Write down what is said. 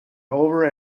over